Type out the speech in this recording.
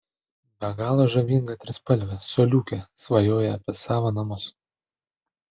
be galo žavinga trispalvė coliukė svajoja apie savo namus